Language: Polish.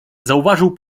zauważył